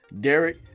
Derek